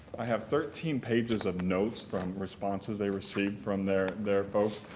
i have thirteen pages of notes from responses they received from their their folks.